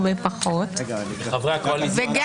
יום אתה בקואליציה, ואז אתה באופוזיציה.